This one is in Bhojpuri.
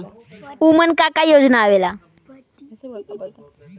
उमन का का योजना आवेला?